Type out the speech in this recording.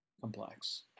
complex